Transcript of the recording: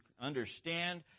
understand